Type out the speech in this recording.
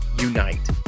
unite